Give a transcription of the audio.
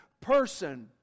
person